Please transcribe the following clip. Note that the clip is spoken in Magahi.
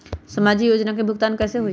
समाजिक योजना के भुगतान कैसे होई?